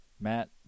Matt